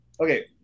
Okay